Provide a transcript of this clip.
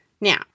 Now